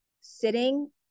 sitting